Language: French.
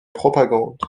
propagande